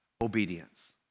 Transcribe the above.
obedience